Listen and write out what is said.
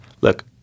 Look